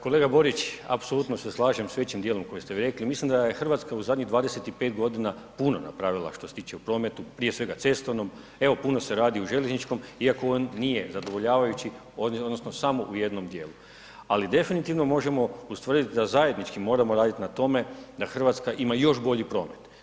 Kolega Borić, apsolutno se slažem s većim dijelom koji ste rekli, mislim da je RH u zadnjih 25.g. puno napravila što se tiče u prometu, prije svega cestovnom, evo puno se radi u željezničkom iako on nije zadovoljavajući odnosno samo u jednom dijelu, ali definitivno možemo ustvrdit da zajednički moramo radit na tome da RH ima još bolji promet.